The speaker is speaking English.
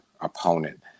opponent